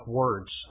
words